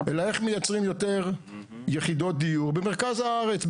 אלא איך מייצרים יותר יחידות דיור במרכז הארץ,